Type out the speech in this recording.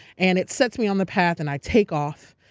and it sets me on the path and i take off.